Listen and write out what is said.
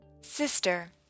sister